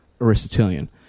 Aristotelian